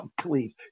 please